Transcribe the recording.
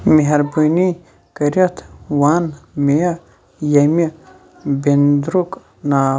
مٮ۪ہربٲنی کٔرِتھ وَن مےٚ یِیٚمہِ بِنٛدرُک ناو